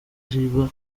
ribaha